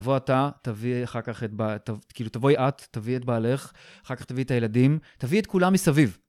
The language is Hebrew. תבוא אתה, תביא אחר כך את... כאילו, תבואי את, תביא את בעלך, אחר כך תביא את הילדים, תביא את כולם מסביב.